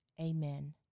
amen